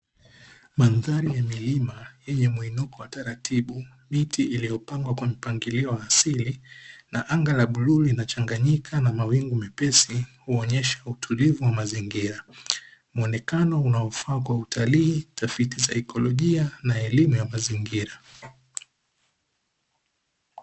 Mandhari ya milima yenye muinuko wa taratibu, miti iliyopangwa kwa mpangilio wa asili na anga la bluu linachangaanyika na mawingu mepesi kuonesha utulivu wa mazingira. Muonekano unaofaa kwa utalii, tafiti za ikolojia na elimu ya mazingira.